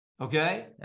okay